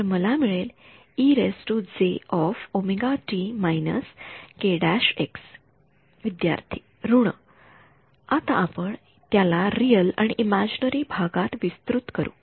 तर मला मिळेल विद्यार्थी ऋण आता आपण त्याला रिअल आणि इमॅजिनरी भागात विस्तृत करू